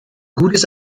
gutes